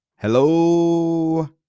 Hello